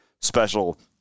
special